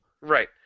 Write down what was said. Right